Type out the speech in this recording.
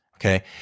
Okay